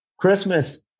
Christmas